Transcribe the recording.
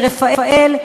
לרפאל,